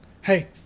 hey